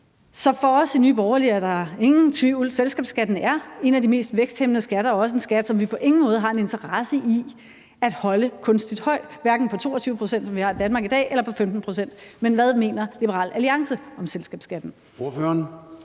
Så for os i Nye Borgerlige er der ingen tvivl: Selskabsskatten er en af de mest væksthæmmende skatter og også en skat, som vi på ingen måde har en interesse i at holde kunstigt høj, hverken på 22 pct., som vi har i Danmark i dag, eller på 15 pct. Men hvad mener Liberal Alliance om selskabsskatten?